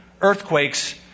earthquakes